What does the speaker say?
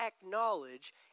acknowledge